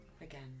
again